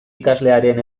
ikaslearen